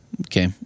Okay